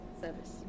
Service